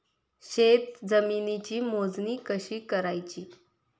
शेत जमिनीची मोजणी कशी करायची?